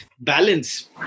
Balance